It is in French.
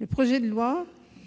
Le projet de loi